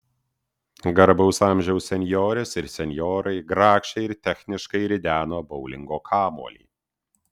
garbaus amžiaus senjorės ir senjorai grakščiai ir techniškai rideno boulingo kamuolį